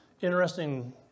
Interesting